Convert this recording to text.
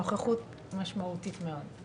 נוכחות משמעותית מאוד.